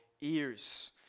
ears